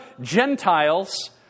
Gentiles